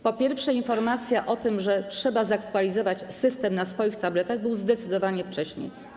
Po pierwsze, informacja o tym, że trzeba zaktualizować system na swoich tabletach, była zdecydowanie wcześniej.